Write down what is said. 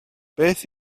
beth